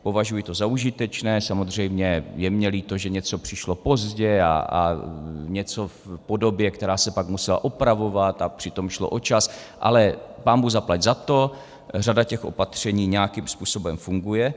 Považuji to za užitečné, samozřejmě je mi líto, že něco přišlo pozdě a něco v podobě, která se pak musela opravovat, a přitom šlo o čas, ale pánbůh zaplať za to, řada opatření nějakým způsobem funguje.